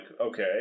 okay